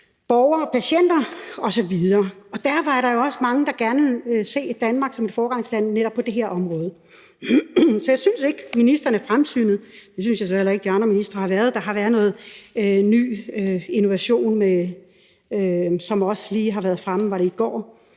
borgere og patienter. Derfor er der jo også mange, der gerne vil se Danmark som et foregangsland netop på det her område. Så jeg synes ikke, ministeren er fremsynet. Det synes jeg så heller ikke de andre ministre har været. Der har været noget innovation, som også lige har været fremme – var